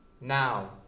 Now